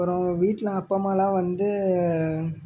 அப்புறம் வீட்டில் அப்பா அம்மாலாம் வந்து